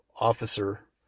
officer